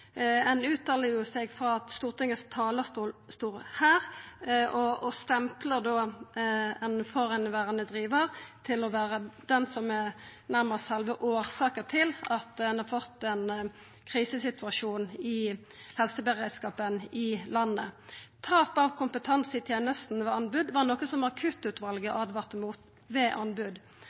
Ein uttalar seg jo frå Stortingets talarstol her – og stemplar då ein tidlegare drivar nærmast som sjølve årsaka til at ein har fått ein krisesituasjon i helseberedskapen i landet. Tap av kompetanse i tenesta ved anbod var noko som akuttutvalet åtvara mot.